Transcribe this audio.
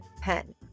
pen